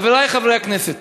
חברי חברי הכנסת,